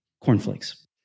cornflakes